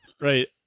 right